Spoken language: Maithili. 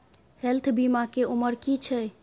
हेल्थ बीमा के उमर की छै?